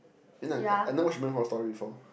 then I never watched American-Horror-Story before